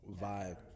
vibe